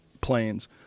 planes